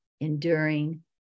enduring